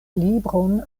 libron